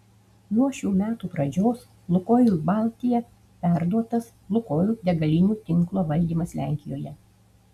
nuo šių metų pradžios lukoil baltija perduotas lukoil degalinių tinklo valdymas lenkijoje